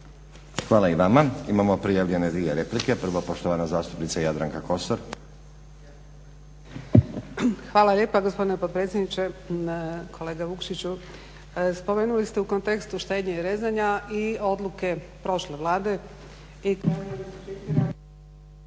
Hvala i vama. Imamo prijavljene dvije replike. Prvo poštovana zastupnica Jadranka Kosor. **Kosor, Jadranka (Nezavisni)** Hvala lijepa gospodine potpredsjedniče. Kolega Vukšiću spomenuli ste u kontekstu štednje i rezanja i odluke prošle Vlade